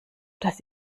das